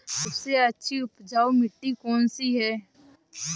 सबसे अच्छी उपजाऊ मिट्टी कौन सी है?